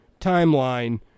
timeline